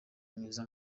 mwiza